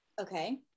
okay